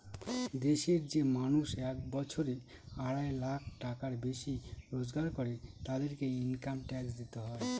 দেশের যে মানুষ এক বছরে আড়াই লাখ টাকার বেশি রোজগার করে, তাদেরকে ইনকাম ট্যাক্স দিতে হয়